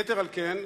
יתר על כן,